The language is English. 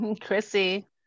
Chrissy